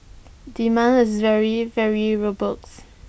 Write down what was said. demand is very very robust